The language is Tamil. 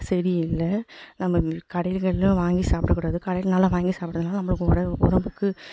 சரி இல்லை நம்ம கடைகள்லேயும் வாங்கி சாப்பிடக்கூடாது கடைங்களெலாம் வாங்கி சாப்பிட்றதுனால நம்மளுக்கு ஒட உடம்புக்கு